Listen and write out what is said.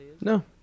No